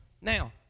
Now